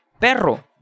perro